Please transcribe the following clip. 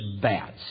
bats